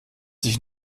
sich